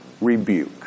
rebuke